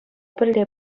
пӗрле